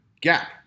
gap